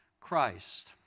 Christ